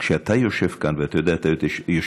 כשאתה יושב כאן, ואתה יודע, אתה היית יושב-ראש,